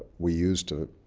we use to